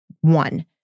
one